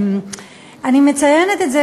אני מציינת את זה,